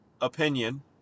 opinion